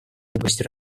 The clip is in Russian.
области